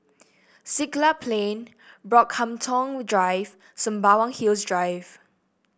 Siglap Plain Brockhampton Drive Sembawang Hills Drive